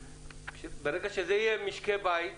ברגע שזה יהיה משקי בית,